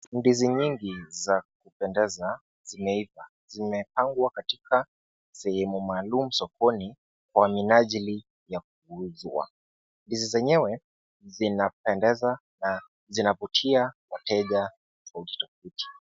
Ndizi nyingi za kupendeza zimeiva. N Zimepangwa sehemu maalum sokoni kwa minajili ya kuuzwa. Ndizi zenyewe zinapendeza na zinawavutia wateja tofauti tofauti.